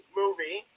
movie